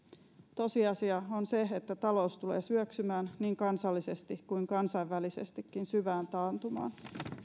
tosiasia on se että talous tulee syöksymään niin kansallisesti kuin kansainvälisestikin syvään taantumaan